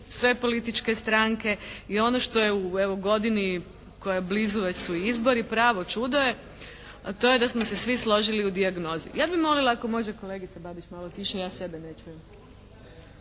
sve političke stranke. I ono što je evo, u godini koja je blizu, već su i izbori, pravo čudo je, a to je da smo se svi složili u dijagnozi. Ja bi molila ako može kolegica Babić malo tiše. Ja sebe ne